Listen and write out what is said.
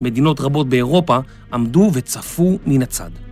מדינות רבות באירופה עמדו וצפו מן הצד.